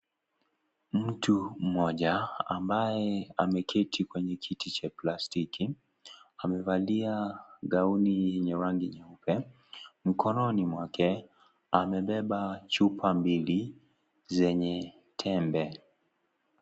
Mtu mmoja ambaye ameketi kwenye kiti cha plastiki, amevalia gauni yenye rangi nyeupe. Mkononi mwake amebeba chupa mbili zenye tembe.